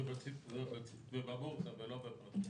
ובבורסה.